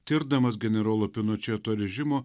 tirdamas generolo pinočeto režimo